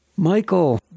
Michael